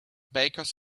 bakers